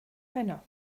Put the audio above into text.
heno